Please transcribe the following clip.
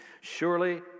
Surely